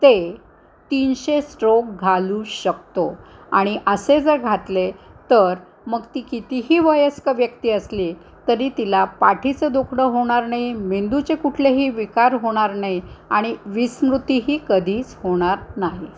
ते तीनशे स्ट्रोक घालू शकतो आणि असे जर घातले तर मग ती कितीही वयस्क व्यक्ती असली तरी तिला पाठीचं दुखणं होणार नाही मेंदूचे कुठलेही विकार होणार नाही आणि विस्मृतीही कधीच होणार नाही